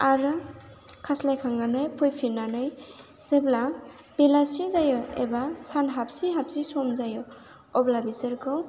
आरो खास्लायखांनानै फैफिन्नानै जेब्ला बेलासि जायो एबा सान हाबसि हाबसि सम जायो अब्ला बिसोरखौ